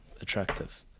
attractive